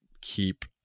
keep